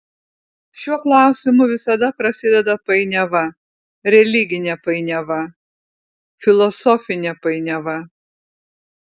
šiuo klausimu visada prasideda painiava religinė painiava filosofinė painiava